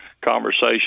conversation